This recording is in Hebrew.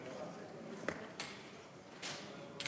ואולי עוד